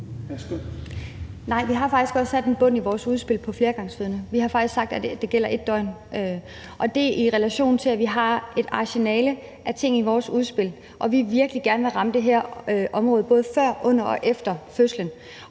Nej, vi har faktisk også sat en bund i vores udspil for flergangsfødende. Vi har faktisk sagt, at det gælder et døgn, og det skal ses i relation til, at vi har et arsenal af ting i vores udspil, og at vi virkelig gerne vil ramme det her område både før, under og efter fødslen.